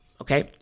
okay